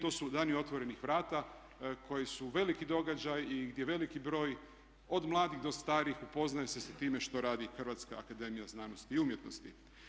To su "Dani otvorenih vrata" koji su veliki događaj i gdje veliki broj od mladih do starih upoznaje se sa time što radi Hrvatska akademija znanosti i umjetnosti.